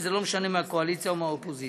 וזה לא משנה אם מהקואליציה או מהאופוזיציה.